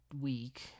week